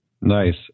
Nice